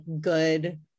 good